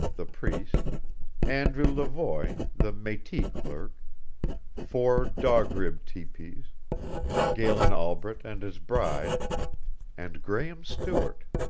the priest andrew levoy, the metis clerk four dog rib teepees galen albret and his bride and graehme stewart.